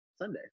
Sunday